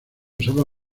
usaba